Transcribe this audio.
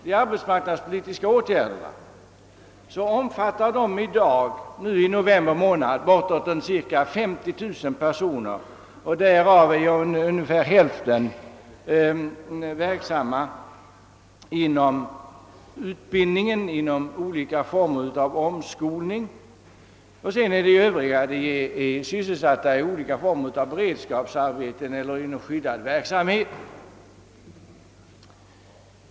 De arbetsmarknadspolitiska åtgärderna omfattar i november månad bortåt 50 000 personer, varav ungefär hälften undergår olika former av omskolning. De övriga är sysselsatta i beredskapsarbete eller inom skyddad verksamhet.